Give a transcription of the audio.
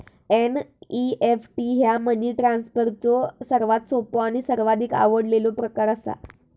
NEFT ह्या money ट्रान्सफरचो सर्वात सोपो आणि सर्वाधिक आवडलेलो प्रकार असा